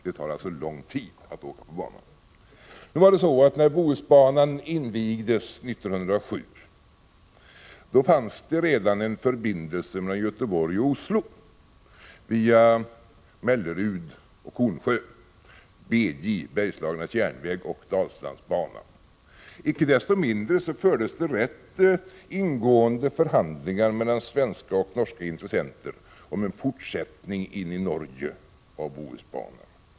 Det tar alltså lång tid att resa på banan. När Bohusbanan invigdes 1907 fanns det redan en förbindelse mellan Göteborg och Oslo, via Mellerud och Kornsjö, BD/DJ, Bergslagernas järnväg och Dalslandsbanan. Icke desto mindre fördes rätt ingående förhandlingar mellan svenska och norska intressenter om en fortsättning in i Norge av Bohusbanan.